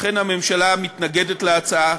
לכן הממשלה מתנגדת להצעה.